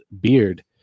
beard